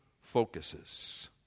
focuses